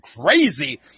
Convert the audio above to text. crazy